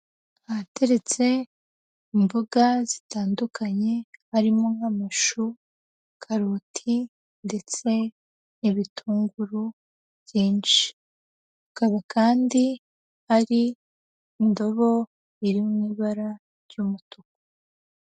Ahateretse imboga zitandukanye, harimo nk'amashu, karoti ndetse n'ibitunguru byinshi. Akaba kandi ari indobo iri mu ibara ry'umutuku.